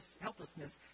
helplessness